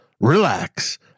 relax